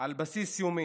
על בסיס יומי.